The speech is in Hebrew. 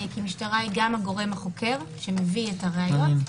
כי משטרה היא גם הגורם החוקר שמביא את הראיות.